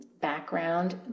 background